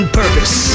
purpose